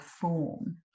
form